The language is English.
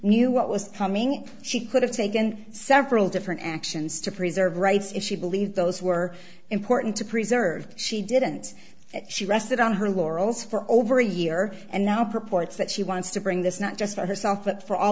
knew what was coming she could have taken several different actions to preserve rights if she believed those were important to preserve she didn't she rested on her laurels for over a year and now purports that she wants to bring this not just for herself but for all